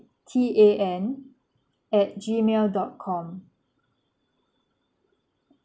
T A N at gmail dot com